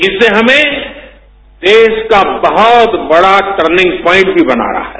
इससे हमें देश का बहुत बढ़ा टर्निंग प्वाकइंट भी बनाना है